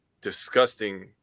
disgusting